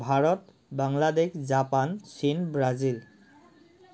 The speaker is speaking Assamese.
ভাৰত বাংলাদেশ জাপান চীন ব্ৰাজিল